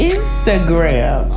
Instagram